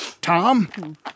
Tom